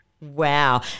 Wow